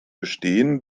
gestehen